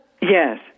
Yes